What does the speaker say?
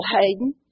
Hayden